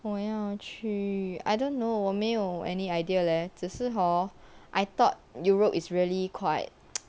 我要去 I don't know 我没有 any idea leh 只是 hor I thought europe is really quite